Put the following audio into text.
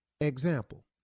Example